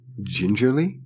gingerly